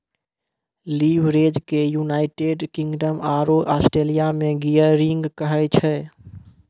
leverage के United Kingdom आरो Australia मे गियरिंग कहै छै